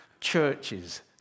churches